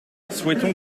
souhaitons